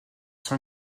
sont